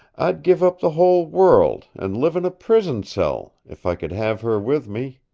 i'd give up the whole world, and live in a prison cell if i could have her with me.